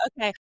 Okay